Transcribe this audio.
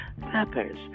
Pepper's